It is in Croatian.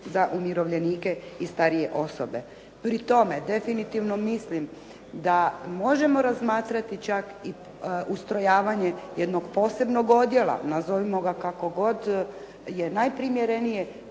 za umirovljenike i starije osobe. Pri tome definitivno mislim da možemo razmatrati čak i ustrojavanje jednog posebnog odjela, nazovimo ga kako god je najprimjerenije